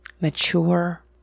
mature